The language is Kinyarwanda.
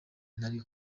nari